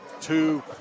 Two